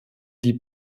die